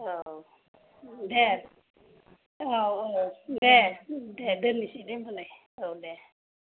औ दे औ औ दे दोननोसै दे होनबालाय औ दे